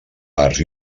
arts